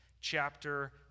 chapter